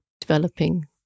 developing